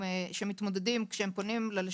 אבל אני יודעת בוודאות, קיבלת 40